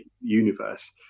universe